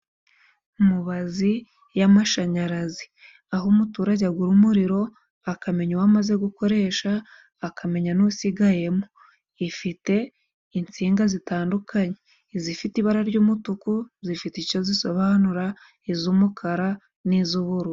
Mubazi y'amashanyarazi, aho umuturage agura umuriro akamenya uwo amaze gukoresha, akamenya n'usigayemo. Ifite insinga zitandukanye, izifite ibara ry'umutuku zifite icyo zisobanura, iz'umukara n'iz'ubururu.